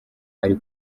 ari